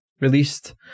released